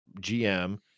GM